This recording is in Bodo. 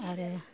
आरो